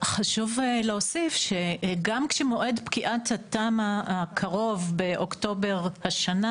חשוב להוסיף שגם כשמועד פקיעת התמ"א הקרוב באוקטובר השנה,